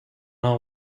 our